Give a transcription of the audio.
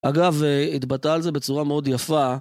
אגב, התבטאה על זה בצורה מאוד יפה.